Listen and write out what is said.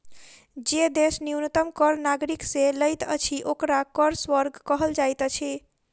जे देश न्यूनतम कर नागरिक से लैत अछि, ओकरा कर स्वर्ग कहल जाइत अछि